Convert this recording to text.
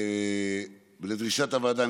לדרישת הוועדה,